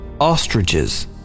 ostriches